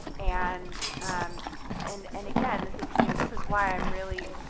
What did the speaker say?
and um and and again, this is, you know, this is why i'm really,